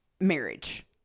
marriage